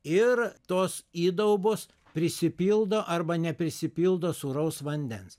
ir tos įdaubos prisipildo arba neprisipildo sūraus vandens